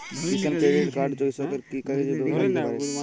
কিষান credit card কৃষকের কি কি কাজে লাগতে পারে?